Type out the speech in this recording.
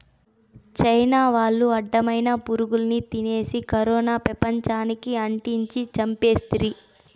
China వాళ్లు అడ్డమైన పురుగుల్ని తినేసి కరోనాని పెపంచానికి అంటించి చంపేస్తిరి